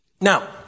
Now